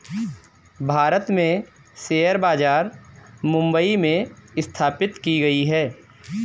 भारत में शेयर बाजार मुम्बई में स्थापित की गयी है